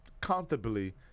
comfortably